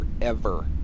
forever